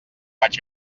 vaig